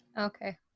Okay